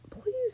please